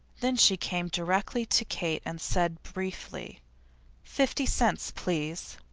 then she came directly to kate and said briefly fifty cents, please!